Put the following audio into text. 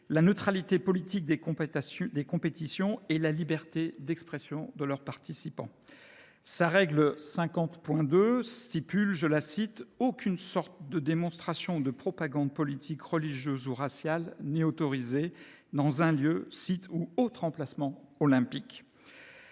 la neutralité politique des compétitions et la liberté d’expression de leurs participants. En outre, sa règle 50.2 stipule :« Aucune sorte de démonstration ou de propagande politique, religieuse ou raciale n’est autorisée dans un lieu, site ou autre emplacement olympique.